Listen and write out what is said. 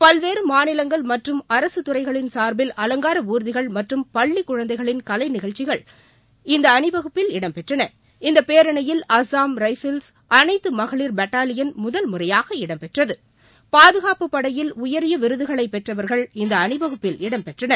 பல்வேறு மாநிலங்கள் மற்றும் அரசுத்துறைகளின் சார்பில் அலங்கார ஊர்திகள் மற்றும் பள்ளிக் குழந்தைகளின் கலை நிகழ்ச்சியில் இந்த அணிவகுப்பில் இடம்பெற்றன இந்த பேரணியில் அஸ்ஸாம் ரைபிள்ஸ் அனைத்து மகளிர் பட்டாலியன் முதல் முறையாக இடம்பெற்றது பாதுகாப்புப்படையில் உயரிய விருதுகளை பெற்றவர்கள் இந்த அணிவகுப்பில் இடம்பெற்றனர்